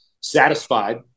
satisfied